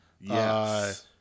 yes